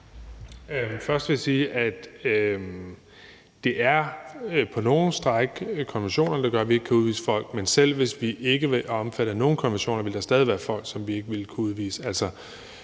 Først vil jeg sige, at det på nogle stræk er konventionerne, der gør, at vi ikke kan udvise folk, men selv hvis vi ikke var omfattet af nogen konventioner, ville der stadig være folk, som vi ikke ville kunne udvise.